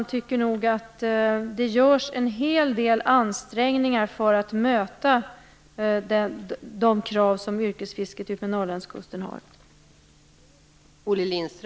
Jag tycker nog att det görs en hel del ansträngningar för att möta de krav som yrkesfisket utmed Norrlandskusten har.